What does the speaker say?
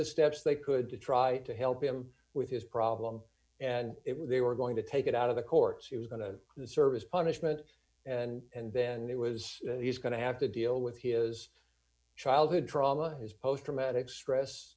the steps they could to try to help him with his problem and it was they were going to take it out of the courts he was going to the service punishment and then it was he's going to have to deal with his childhood trauma his post traumatic stress